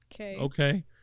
okay